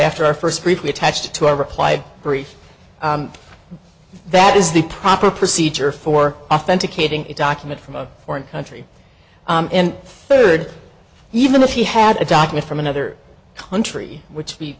after our first briefly attached to a reply brief that is the proper procedure for authenticating a document from a foreign country and third even if he had a document from another country which